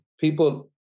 People